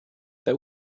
that